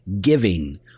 giving